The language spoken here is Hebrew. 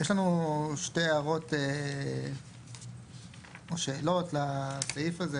יש לנו שתי הערות או שאלות לסעיף הזה,